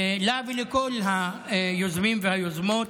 לה ולכל היוזמים והיוזמות,